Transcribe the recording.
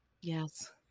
Yes